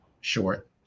short